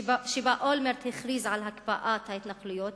שבה אולמרט הכריז על הקפאת ההתנחלויות,